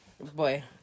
Boy